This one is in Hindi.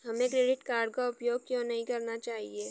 हमें क्रेडिट कार्ड का उपयोग क्यों नहीं करना चाहिए?